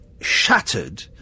shattered